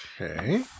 Okay